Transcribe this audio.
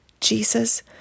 Jesus